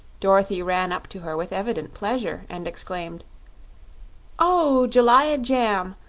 dorothy ran up to her with evident pleasure, and exclaimed o, jellia jamb!